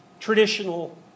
traditional